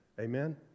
Amen